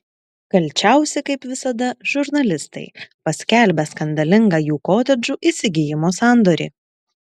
kalčiausi kaip visada žurnalistai paskelbę skandalingą jų kotedžų įsigijimo sandorį